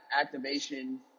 activation